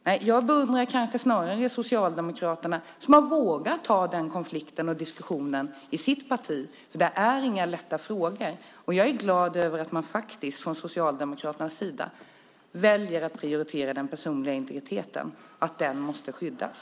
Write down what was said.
Nej, jag beundrar kanske snarare Socialdemokraterna, som har vågat ta den konflikten och diskussionen i sitt parti. Det är inga lätta frågor, och jag är glad över att man faktiskt från Socialdemokraternas sida väljer att prioritera den personliga integriteten och att den måste skyddas.